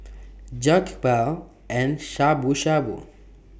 Jokbal and Shabu Shabu